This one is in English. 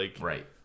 Right